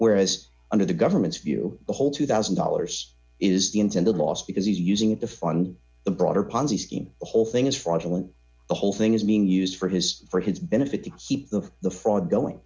whereas under the government's view the whole two thousand dollars is the intended loss because he's using it to fund a broader ponzi scheme the whole thing is fraudulent the whole thing is being used for his for his benefit to keep the the fraud going